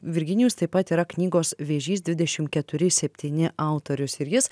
virginijus taip pat yra knygos vėžys dvidešim keturi septyni autorius ir jis